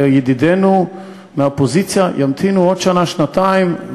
וידידינו מהאופוזיציה ימתינו עוד שנה שנתיים.